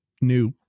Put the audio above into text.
new